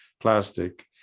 plastic